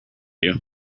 you